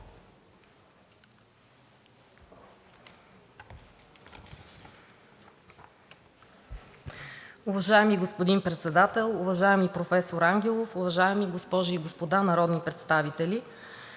Уважаеми господин Председател, уважаеми професор Балтов, уважаеми госпожи и господа народни представители!